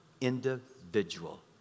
individual